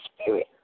Spirit